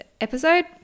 episode